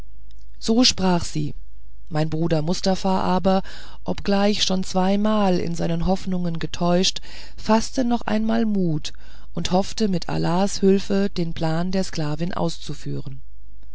so sprach sie mein bruder mustafa aber obgleich schon zweimal in seinen hoffnungen getäuscht faßte noch einmal mut und hoffte mit allahs hülfe den plan der sklavin auszuführen